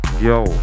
Yo